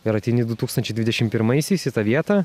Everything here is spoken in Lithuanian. ir ateini du tūkstančiai dvidešim pirmaisiais į tą vietą